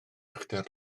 uchder